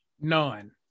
None